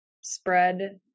spread